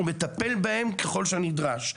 ומטפל בהם ככל שהוא נדרש.